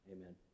amen